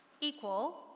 equal